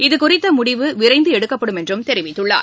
இதுகுறித்தமுடிவு விரைந்துஎடுக்கப்படும் என்றுதெரிவித்துள்ளார்